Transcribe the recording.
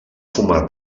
formar